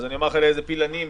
אני אומר לך לאיזה פיל אני מתכוון.